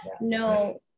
no